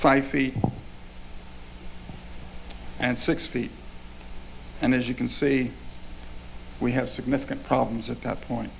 five feet and six feet and as you can see we have significant problems at that point